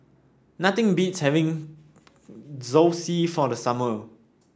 nothing beats having Zosui for the summer